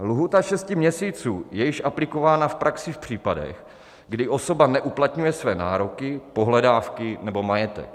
Lhůta šesti měsíců je již aplikována v praxi v případech, kdy osoba neuplatňuje své nároky, pohledávky nebo majetek.